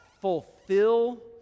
fulfill